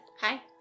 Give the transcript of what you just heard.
Hi